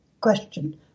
question